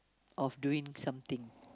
of doing something